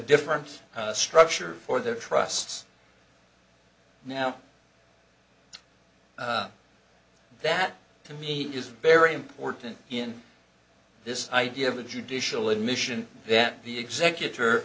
different structure for their trusts now that to me is very important in this idea of the judicial admission that the executor